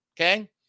Okay